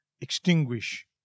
extinguish